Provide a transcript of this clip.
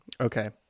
Okay